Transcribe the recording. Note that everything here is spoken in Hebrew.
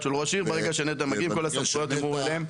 ברגע שנת"ע מגיעים, כול הסמכויות עברו אליהם.